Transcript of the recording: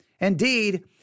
indeed